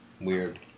Weird